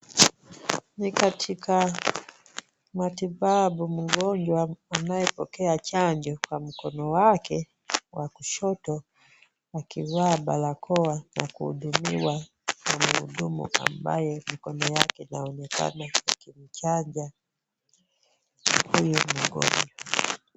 Ni katika matibabu mgonjwa anayepokea chanjo kwa mkono wake wa kushoto akivaa barakoa na kuhudumiwa na mhudumu ambaye mikono yake inaonekana ikimchanja huyu mgonjwa.